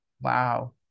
Wow